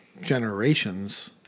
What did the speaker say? generations